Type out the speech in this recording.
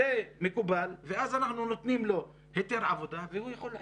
מקובל ואז אנחנו נותנים לו היתר עבודה והוא יכול לעבוד.